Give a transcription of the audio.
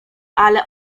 ale